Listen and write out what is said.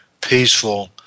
peaceful